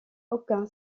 aucun